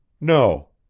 no.